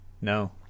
No